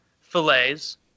fillets